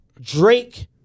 Drake